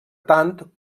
tant